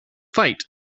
fight